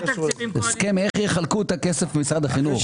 הסכם איך יחלקו את הכסף במשרד החינוך.